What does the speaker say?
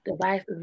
Device